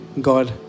God